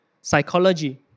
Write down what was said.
psychology